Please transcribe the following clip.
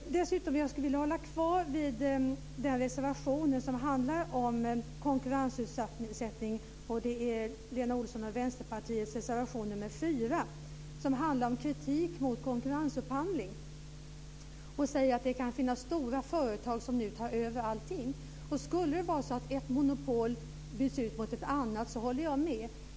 Dessutom skulle jag vilja dröja kvar vid den reservation som handlar om konkurrensutsättning, nämligen Lena Olssons och Vänsterpartiets reservation nr 4. Där framför man kritik mot konkurrensupphandling och säger att det kan finnas stora företag som nu tar över allting. Skulle det vara så att ett monopol byts ut mot ett annat håller jag med.